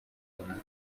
کنم